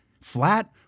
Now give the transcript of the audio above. flat